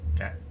Okay